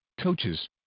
coaches